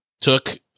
took